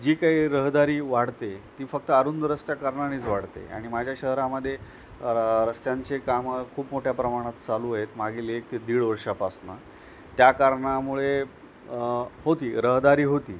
जी काई रहदारी वाढते ती फक्त अरुंद रस्त्या कारणानेच वाढते आणि माझ्या शहरामध्ये रस्त्यांचे कामं खूप मोठ्या प्रमाणात चालू मागील एक ते दीड वर्षापासुनं त्या कारणामुळे होती रहदारी होती